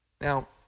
Now